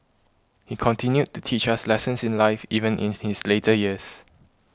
he continued to teach us lessons in life even in his later years